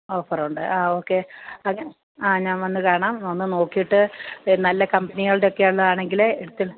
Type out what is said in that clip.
ഓഫറുണ്ട് ആ ഓക്കെ ആ ഞാൻ ആ വന്നു കാണാം വന്നു നോക്കിയിട്ട് ഒരു നല്ല കമ്പനികളുടെയൊക്കെ ഉള്ളതാണെങ്കില് എടുത്ത്